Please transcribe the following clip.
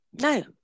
No